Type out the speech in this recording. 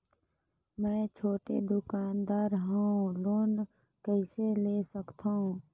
मे छोटे दुकानदार हवं लोन कइसे ले सकथव?